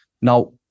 Now